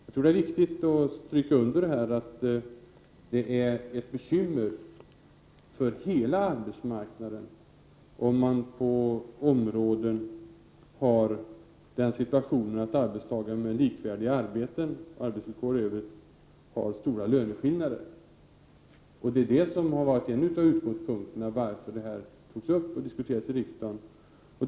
Jag tror det är viktigt att understryka att det är ett bekymmer för hela arbetsmarknaden om man på vissa områden har den situationen att arbetstagare med likvärdiga arbeten och arbetsvillkor i övrigt har stora löneskillnader. Detta har varit en av utgångspunkterna när frågan togs upp och diskuterades i riksdagen.